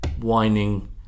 whining